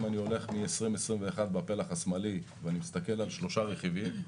אני הולך מ-20' 21' בפלח השמאלי ואני מסתכל על שלושה רכיבים: